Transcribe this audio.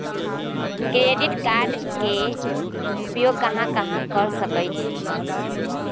Credit card के उपयोग कहां कहां कर सकईछी?